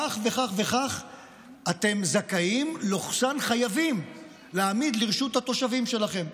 כך וכך וכך אתם זכאים/חייבים להעמיד לרשות התושבים שלכם.